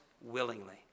willingly